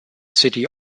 city